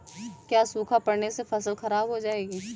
क्या सूखा पड़ने से फसल खराब हो जाएगी?